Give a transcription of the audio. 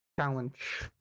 challenge